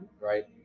right